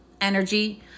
energy